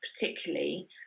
particularly